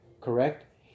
correct